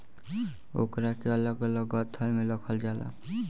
ओकरा के अलग अलग गट्ठर मे रखल जाला